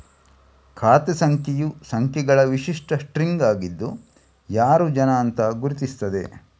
ಖಾತೆ ಸಂಖ್ಯೆಯು ಸಂಖ್ಯೆಗಳ ವಿಶಿಷ್ಟ ಸ್ಟ್ರಿಂಗ್ ಆಗಿದ್ದು ಯಾರು ಜನ ಅಂತ ಗುರುತಿಸ್ತದೆ